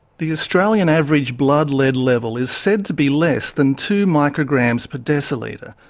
the australian average blood lead level is said to be less than two micrograms per decilitre,